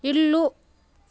ఇల్లు